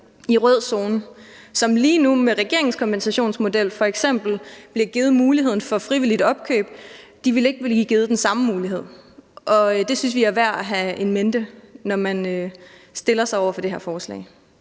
i rød zone, som lige nu med regeringens kompensationsmodel f.eks. bliver givet muligheden for frivilligt opkøb, ikke blive givet den samme mulighed, og det synes vi er værd at have in mente, når man tager stilling til det her forslag.